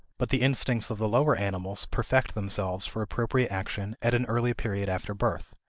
but the instincts of the lower animals perfect themselves for appropriate action at an early period after birth,